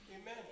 Amen